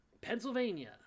Pennsylvania